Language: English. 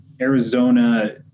Arizona